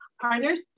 partners